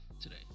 today